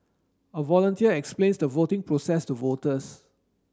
a volunteer explains the voting process to voters